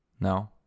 no